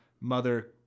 mother